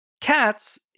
Cats